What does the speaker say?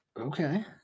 Okay